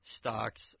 stocks